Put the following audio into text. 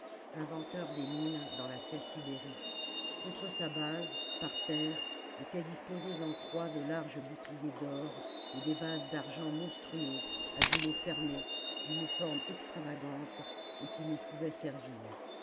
inventeur des mines dans la celtibérie contie sa base par terre étaient disposés en croix de larges boucliers d'or et des vases d'argent monstrueux à goulot fermé d'une forme extravagante et qui ne pouvaient servir